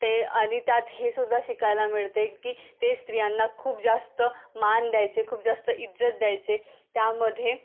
ते आणि त्यात हे सुद्धा शिकायला मिळते की ते स्त्रियांना खूप जास्त मान द्यायचे खूप जास्त इज्जत द्यायचे त्यामध्ये